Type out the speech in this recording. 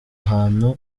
ahantu